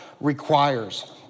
requires